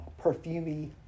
perfumey